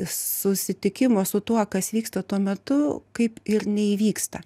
susitikimo su tuo kas vyksta tuo metu kaip ir neįvyksta